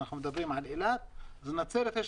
אנחנו מדברים על אילת אבל גם בנצרת יש